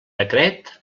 decret